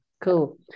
Cool